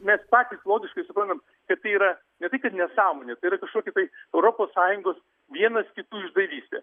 mes patys logiškai suprantam kad tai yra ne tai kad nesąmonė tai yra kažkokia tai europos sąjungos vienas kitų išdavystė